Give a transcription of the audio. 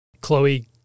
Chloe